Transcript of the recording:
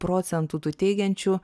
procentų tų teigiančių